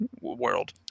world